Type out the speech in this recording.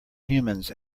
humans